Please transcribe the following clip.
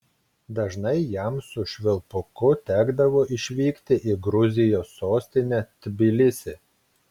dažnai jam su švilpuku tekdavo išvykti į gruzijos sostinę tbilisį